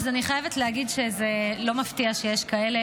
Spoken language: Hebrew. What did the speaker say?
אז אני חייבת להגיד שזה לא מפתיע שיש כאלה